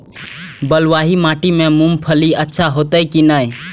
बलवाही माटी में मूंगफली अच्छा होते की ने?